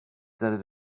that